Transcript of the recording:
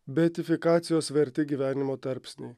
beatifikacijos verti gyvenimo tarpsnį